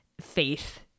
faith